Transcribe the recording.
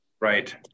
Right